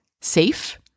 safe